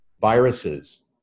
viruses